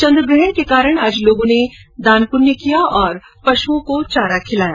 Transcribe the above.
चन्द्रग्रहण के कारण आज लोगों ने दान पुण्य किया और पशुओं को चारा खिलाया